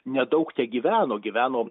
nedaug tegyveno gyveno